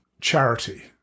charity